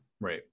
Right